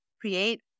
create